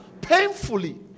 painfully